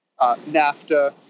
NAFTA